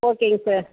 ஓகேங்க சார்